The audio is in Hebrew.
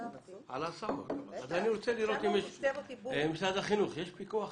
משרד החינוך, יש פיקוח?